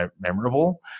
memorable